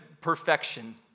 perfection